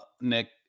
Nick